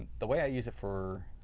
the way i use it for,